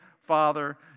father